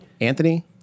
Anthony